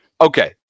Okay